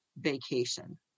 vacation